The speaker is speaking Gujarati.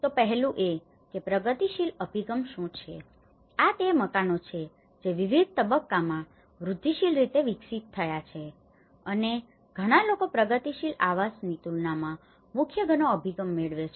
તો પહેલું એ કે પ્રગતિશીલ અભિગમ શું છે આ તે મકાનો છે જે વિવિધ તબક્કામાં વૃદ્ધિશીલ રીતે વિકસિત થયા છે અને ઘણા લોકો પ્રગતિશીલ આવાસની તુલનામાં મુખ્ય ઘરનો અભિગમ મેળવે છે